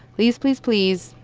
please, please, please,